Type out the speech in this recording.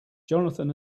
johnathan